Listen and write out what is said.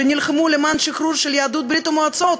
שנלחמו למען השחרור של יהדות ברית-המועצות